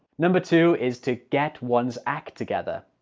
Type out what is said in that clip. number two is to get one's act together.